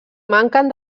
manquen